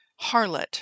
harlot